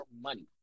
money